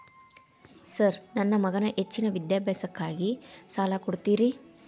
Sir ನನ್ನ ಮಗನ ಹೆಚ್ಚಿನ ವಿದ್ಯಾಭ್ಯಾಸಕ್ಕಾಗಿ ಸಾಲ ಕೊಡ್ತಿರಿ?